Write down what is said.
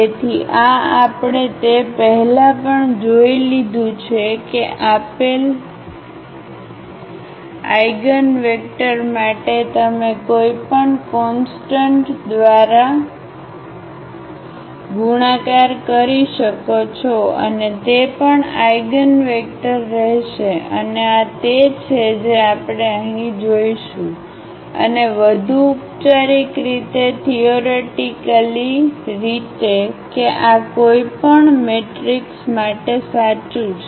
તેથી આ આપણે તે પહેલાં પણ જોઇ લીધું છે કે આપેલ આઇગનવેક્ટર માટે તમે કોઈપણ કોન્સટન્ટ દ્વારા ગુણાકાર કરી શકો છો અને તે પણ આઇગનવેક્ટર રહેશે અને આ તે છે જે આપણે અહીં જોશું અને વધુ ઉપચારિક રીતે થીઓરેટીકલી રીતે કે આ કોઈપણ મેટ્રિક્સ માટે સાચું છે